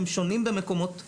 הם שונים במקומות שונים.